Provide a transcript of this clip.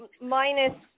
minus